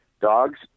Dogs